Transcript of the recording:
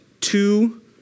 two